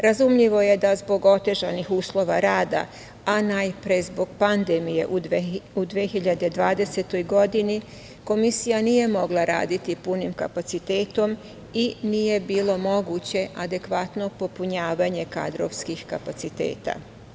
Razumljivo je da zbog otežanih uslova rada, a najpre zbog pandemije u 2020. godini Komisija nije mogla raditi punim kapacitetom i nije bilo moguće adekvatno popunjavanje kadrovskih kapaciteta.